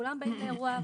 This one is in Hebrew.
כולם באים לאירוע,